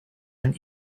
and